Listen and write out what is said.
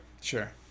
Sure